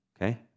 Okay